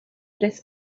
tres